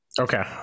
okay